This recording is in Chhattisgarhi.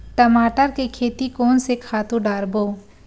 टमाटर के खेती कोन से खातु डारबो?